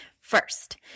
First